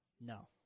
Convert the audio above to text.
No